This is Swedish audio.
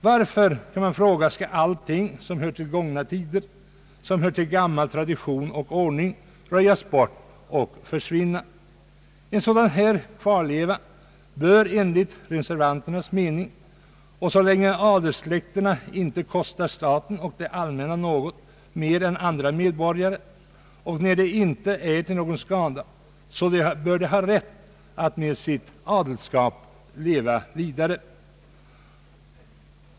Man kan fråga sig varför allting som hör till gångna tider, som hör till gammal tradition och ordning, skall röjas bort och försvinna. En kvarleva som denna bör enligt reservanternas mening ha rätt att leva vidare, så länge den inte kostar staten och det allmänna något mer än andra medborgare och när den inte är till någon skada.